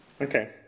Okay